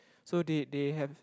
so they they have